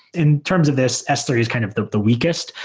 in terms of this, s three is kind of the the weakest.